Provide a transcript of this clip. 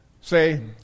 say